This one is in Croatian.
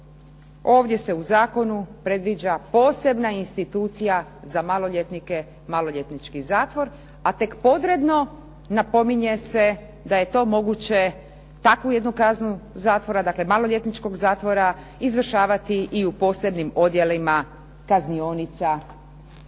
ovdje se u Zakonu predviđa posebna institucija za maloljetnike, maloljetnički zatvor, a tek podredno napominje se da je to moguće, takvu jednu kaznu, maloljetničku kaznu zatvora izvršavati i u posebnim odjelima kaznionica,